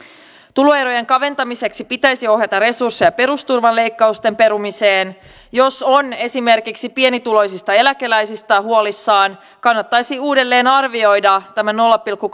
tuloerojen kaventamiseksi pitäisi ohjata resursseja perusturvan leikkausten perumiseen jos on esimerkiksi pienituloisista eläkeläisistä huolissaan kannattaisi uudelleen arvioida tämä nolla pilkku